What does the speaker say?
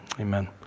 Amen